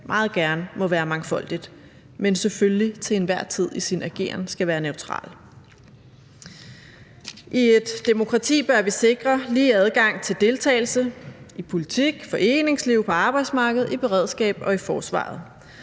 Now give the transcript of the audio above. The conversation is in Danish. meget gerne må være mangfoldig, men at den i sin ageren til enhver tid selvfølgelig skal være neutral. I et demokrati bør vi sikre lige adgang til deltagelse i politik, i foreningslivet, på arbejdsmarkedet, i beredskabet og i forsvaret.